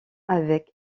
avec